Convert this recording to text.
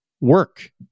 work